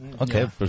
Okay